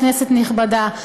כנסת נכבדה,